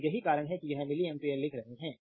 तो यही कारण है कि यह मिलि एम्पियर लिख रहे हैं